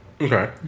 Okay